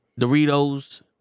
Doritos